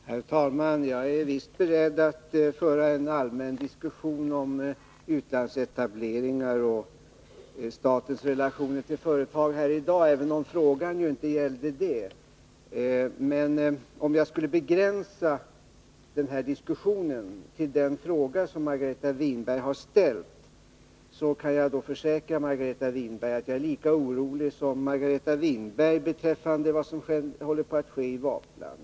Herr talman! Jag är visst beredd att här i dag föra en allmän diskussion om utlandsetableringar och statens relationer till företag, även om frågan inte gällde detta. Om jag skall begränsa denna diskussion till den fråga som Margareta Winberg har ställt, kan jag försäkra Margareta Winberg att jag är lika orolig som hon beträffande vad som håller på att ske vid Waplans.